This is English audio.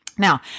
Now